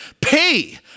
pay